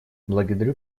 благодарю